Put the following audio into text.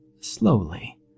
slowly